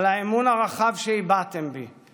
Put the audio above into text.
על האמון הרחב שהבעתם בי,